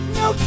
no